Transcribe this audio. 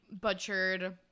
butchered